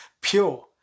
pure